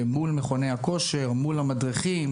מול מכוני כושר והמדריכים,